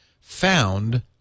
found